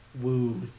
woo